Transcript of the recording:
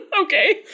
Okay